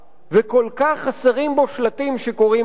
וכל כך חסרים בו שלטים שקוראים "עצור".